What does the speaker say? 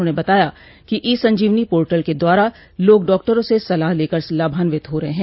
उन्होंने बताया कि ई संजीवनी पोर्टल के द्वारा लोग डॉक्टरों से सलाह लेकर लाभान्वित हो रहे हैं